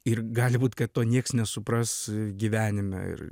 ir gali būt kad to nieks nesupras gyvenime ir